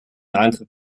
eintritt